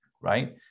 right